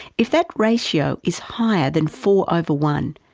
if that ratio is higher than four over one,